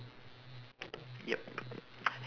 yup